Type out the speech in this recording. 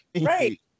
Right